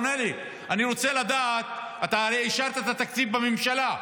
אני רוצה לדעת, אתה הרי אישרת את התקציב בממשלה,